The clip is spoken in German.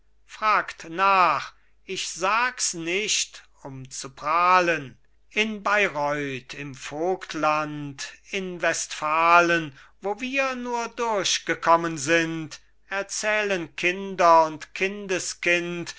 fragt nach ich sags nicht um zu prahlen in bayreuth im voigtland in westfalen wo wir nur durchgekommen sind erzählen kinder und